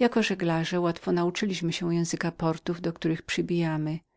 i żeglarze z powołania łatwo więc nauczyliśmy się języka portów do których przybijamy